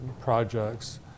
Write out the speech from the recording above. projects